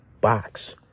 box